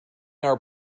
our